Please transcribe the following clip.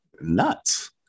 nuts